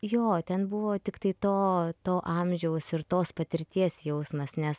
jo ten buvo tiktai to to amžiaus ir tos patirties jausmas nes